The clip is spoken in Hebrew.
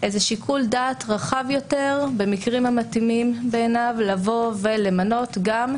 שיקול דעת רחב יותר במקרים המתאימים בעיניו לבוא ולמנות או